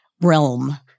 realm